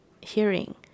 hearing